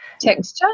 texture